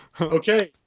okay